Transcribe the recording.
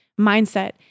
Mindset